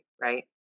right